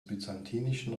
byzantinischen